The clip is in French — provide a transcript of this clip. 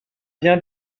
bien